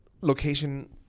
location